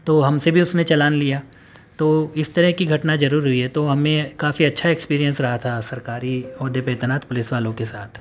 تو ہم سے بھی اس نے چلان لیا تو اس طرح کی گھٹنا ضرور ہوئی ہے تو ہم نے کافی اچھا ایکسپیرئنس رہا تھا سرکاری عہدے پہ تعینات پولیس والوں کے ساتھ